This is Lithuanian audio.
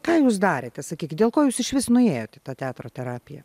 ką jūs darėte sakykit dėl ko jūs išvis nuėjot į tą teatro terapiją